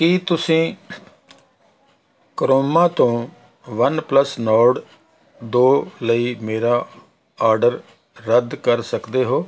ਕੀ ਤੁਸੀਂ ਕਰੋਮਾ ਤੋਂ OnePlus Nord ਦੋ ਲਈ ਮੇਰਾ ਆਰਡਰ ਰੱਦ ਕਰ ਸਕਦੇ ਹੋ